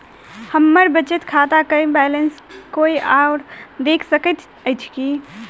हम्मर बचत खाता केँ बैलेंस कोय आओर देख सकैत अछि की